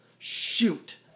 Shoot